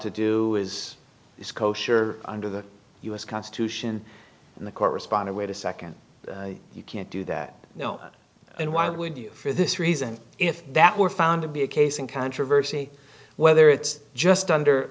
to do is kosher under the u s constitution and the court responded wait a nd you can't do that now and why would you for this reason if that were found to be a case in controversy whether it's just under